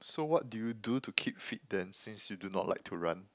so what do you do to keep fit then since you do not like to run